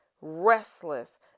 restless